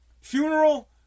Funeral